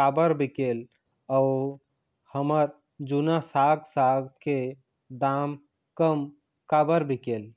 काबर बिकेल अऊ हमर जूना साग साग के दाम कम काबर बिकेल?